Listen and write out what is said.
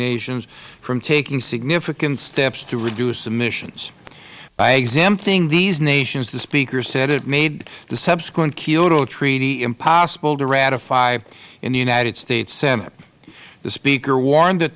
nations from taking significant steps to reduce emissions by exempting these nations the speaker said it made the subsequent kyoto treaty impossible to ratify in the united states senate the speaker warned that